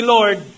Lord